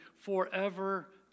forever